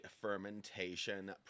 fermentation